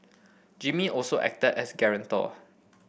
Jimmy also acted as guarantor